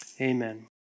amen